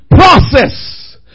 Process